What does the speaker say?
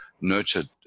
nurtured